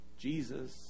Jesus